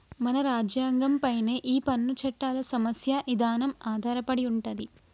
మన రాజ్యంగం పైనే ఈ పన్ను చట్టాల సమస్య ఇదానం ఆధారపడి ఉంటది